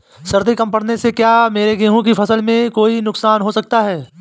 सर्दी कम पड़ने से क्या मेरे गेहूँ की फसल में कोई नुकसान हो सकता है?